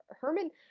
Herman